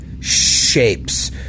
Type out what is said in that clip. shapes